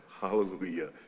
Hallelujah